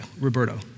Roberto